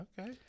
Okay